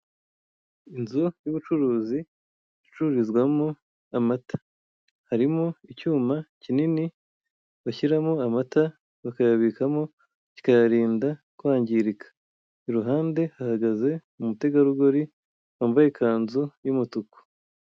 Inzu y'ubucuruzi icururizwamo amata harimo icyuma kinini bashyiramo amata bakayabikamo kikayarinda kwangirika. Iruhande hahagaze umutegarugori wambaye ikanzu y'umutuku.